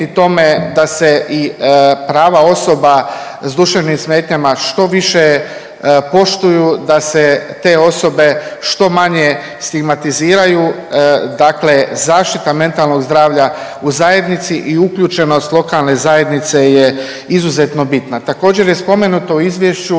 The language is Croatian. tome da se i prava osoba s duševnim smetnjama što više poštuju, da se te osobe što manje stigmatiziraju. Dakle, zaštita mentalnog zdravlja u zajednici i uključenost lokalne zajednice je izuzetno bitna. Također je spomenuto u izvješću